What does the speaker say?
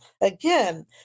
Again